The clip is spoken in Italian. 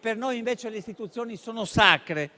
per noi, invece, le istituzioni sono sacre,